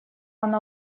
она